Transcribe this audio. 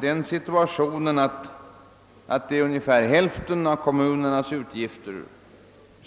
tar i anspråk ungefär hälften av kommunens utgifter.